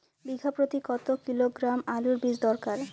বিঘা প্রতি কত কিলোগ্রাম আলুর বীজ দরকার?